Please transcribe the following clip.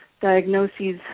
diagnoses